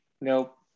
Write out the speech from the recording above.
Nope